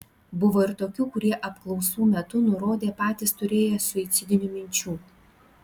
buvo ir tokių kurie apklausų metu nurodė patys turėję suicidinių minčių